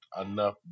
enough